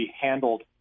handled